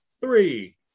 three